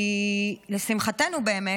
כי לשמחתנו באמת,